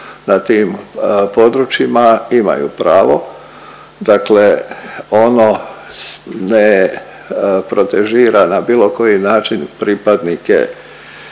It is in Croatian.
na tim područjima imaju pravo dakle ono ne protežira na bilo koji način pripadnike,